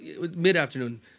Mid-afternoon